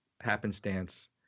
happenstance